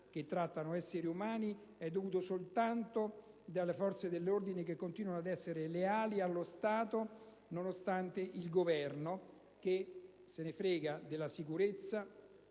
che trattano esseri umani è dovuto soltanto alle forze dell'ordine che continuano ad essere leali allo Stato nonostante il Governo, fregandosene della sicurezza,